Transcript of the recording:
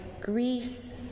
Greece